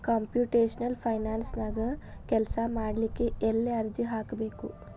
Computational ಫೈನಾನ್ಸನ್ಯಾಗ ಕೆಲ್ಸಾಮಾಡ್ಲಿಕ್ಕೆ ಎಲ್ಲೆ ಅರ್ಜಿ ಹಾಕ್ಬೇಕು?